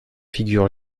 figure